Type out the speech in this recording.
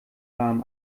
warm